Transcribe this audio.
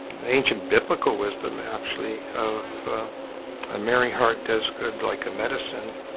ancient biblical wisdom actually, of a merry heart does good like a medicine